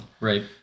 right